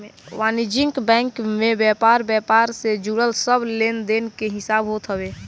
वाणिज्यिक बैंक में व्यापार व्यापार से जुड़ल सब लेनदेन के हिसाब होत हवे